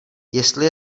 jestli